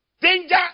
danger